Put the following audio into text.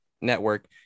network